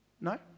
No